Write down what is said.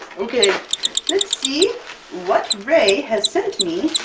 ok let's see what rae has sent me,